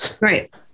Right